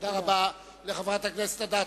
תודה רבה לחברת הכנסת אדטו.